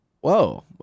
Whoa